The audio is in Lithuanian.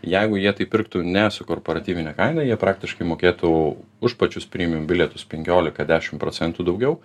jeigu jie tai pirktų ne su korporatyvine kaina jie praktiškai mokėtų už pačius priėmimo bilietus penkiolika dešimt procentų daugiau